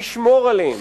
נשמור עליהם,